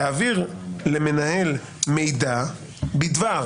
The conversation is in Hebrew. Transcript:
יעביר למנהל מידע בדבר